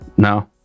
No